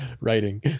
writing